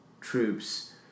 troops